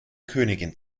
königin